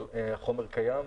אבל החומר קיים,